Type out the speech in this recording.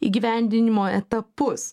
įgyvendinimo etapus